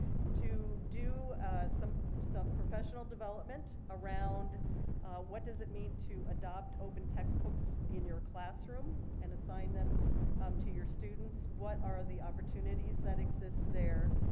to do some some professional development around what does it mean to adopt open text books in your classroom and assign them to your students, what are the opportunities that exist there,